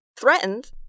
threatened